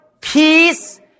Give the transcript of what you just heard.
peace